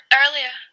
earlier